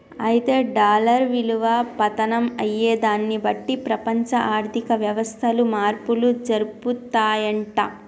అయితే డాలర్ విలువ పతనం అయ్యేదాన్ని బట్టి ప్రపంచ ఆర్థిక వ్యవస్థలు మార్పులు జరుపుతాయంట